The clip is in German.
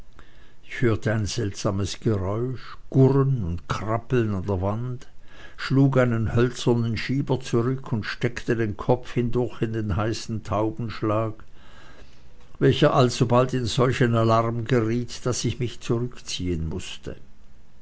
ich hörte ein seltsames geräusch gurren und krabbeln an der wand schlug einen hölzernen schieber zurück und steckte den kopf hindurch in den heißen taubenschlag welcher alsobald in solchen alarm geriet daß ich mich zurückziehen mußte